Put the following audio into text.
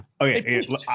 okay